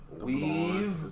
weave